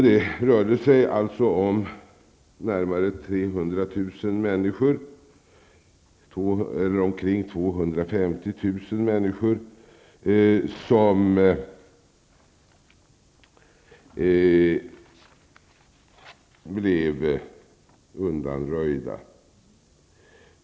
Det rörde sig alltså om närmare 300 000människor som blev undanröjda.